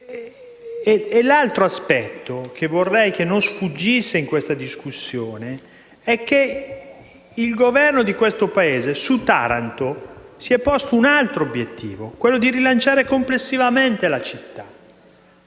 L'altro aspetto, che vorrei non sfuggisse in questa discussione, è che il Governo di questo Paese su Taranto si è posto un altro obiettivo: rilanciare complessivamente la città.